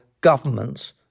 governments